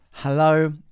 Hello